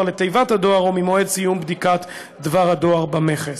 לתיבת הדואר או ממועד סיום בדיקת דבר הדואר במכס.